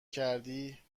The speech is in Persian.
کردی